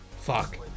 Fuck